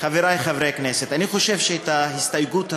חברי חברי הכנסת, אני חושב שההסתייגות הזו,